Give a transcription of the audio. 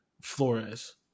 Flores